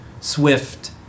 Swift